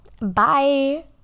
bye